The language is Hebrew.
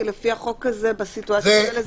כי לפי החוק הזה בסיטואציות האלה זה כן.